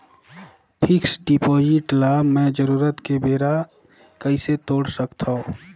Fixed deposit ल मैं जरूरत के बेरा कइसे तोड़ सकथव?